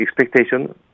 expectation